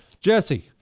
Jesse